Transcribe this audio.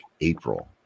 april